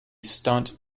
stunt